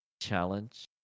challenge